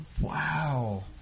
Wow